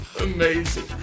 Amazing